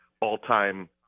all-time